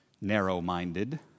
narrow-minded